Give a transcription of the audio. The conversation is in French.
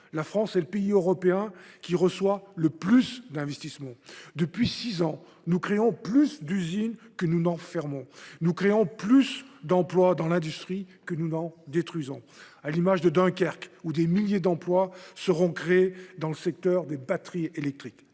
la France est le pays européen qui reçoit le plus d’investissements. Depuis six ans, nous créons plus d’usines que nous n’en fermons. Nous créons plus d’emplois dans l’industrie que nous n’en détruisons, à l’image de Dunkerque, où des milliers d’emplois seront créés dans le secteur des batteries électriques.